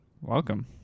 Welcome